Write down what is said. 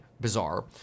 Bizarre